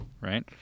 Right